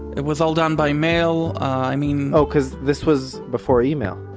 it was all done by mail. i mean, oh, cuz this was before email?